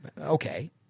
okay